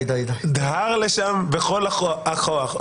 דהר לשם בכל הכוח.